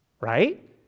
right